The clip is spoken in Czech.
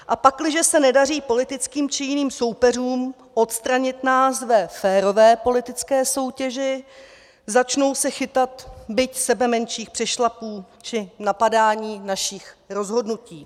A pakliže se nedaří politickým či jiným soupeřům odstranit nás ve férové politické soutěži, začnou se chytat byť sebemenších přešlapů či napadání našich rozhodnutí.